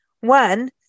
One